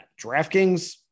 DraftKings